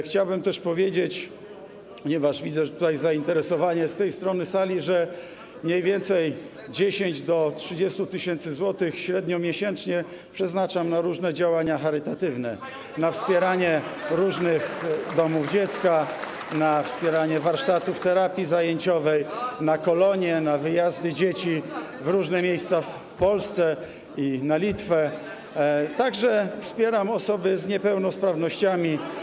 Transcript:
Chciałbym też powiedzieć, ponieważ widzę tutaj zainteresowanie z tej strony sali, że mniej więcej 10 do 30 tys. zł średnio miesięcznie przeznaczam na różne działania charytatywne, na wspieranie różnych domów dziecka, na wspieranie warsztatów terapii zajęciowej, na kolonie, na wyjazdy dzieci w różne miejsca w Polsce i na Litwę, wspieram także osoby z niepełnosprawnościami.